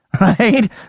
right